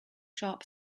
sharp